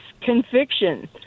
conviction